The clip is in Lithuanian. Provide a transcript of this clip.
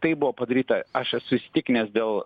tai buvo padaryta aš esu įsitikinęs dėl